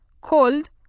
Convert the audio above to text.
cold